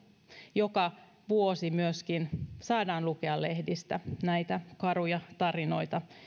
joka vuosi myöskin saadaan lukea lehdistä näitä karuja tarinoita